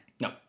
no